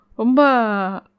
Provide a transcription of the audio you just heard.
umba